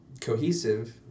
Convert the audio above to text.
cohesive